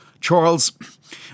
Charles